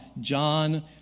John